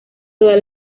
todas